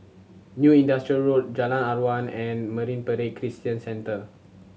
New Industrial Road Jalan Aruan and Marine Parade Christian Centre